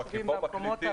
כלום.